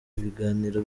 ibiganiro